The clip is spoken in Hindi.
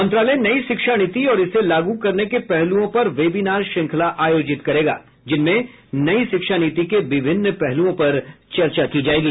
मंत्रालय नयी शिक्षा नीति और इसे लागू करने के पहलुओं पर वेबिनार श्रृंखला आयोजित करेगा जिनमें नयी शिक्षा नीति के विभिन्न पहलुओं पर चर्चा की जाएगी